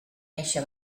eixa